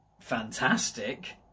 fantastic